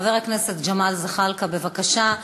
חבר הכנסת ג'מאל זחאלקה, בבקשה.